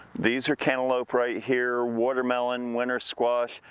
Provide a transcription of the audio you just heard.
these are cantaloupe right here, watermelon, winter squash,